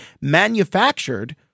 manufactured